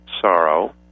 sorrow